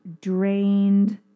drained